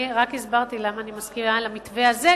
אני רק הסברתי למה אני מסכימה למתווה הזה,